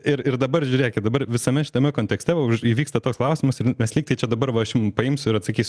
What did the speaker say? ir ir dabar žiūrėkit dabar visame šitame kontekste už įvyksta toks klausimas mes lyg tai čia dabar va aš jum paimsiu ir atsakysiu